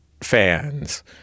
fans